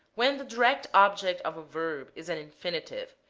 when the direct object of a verb is an infinitive,